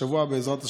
השבוע, בעזרת השם,